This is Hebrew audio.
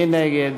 מי נגד?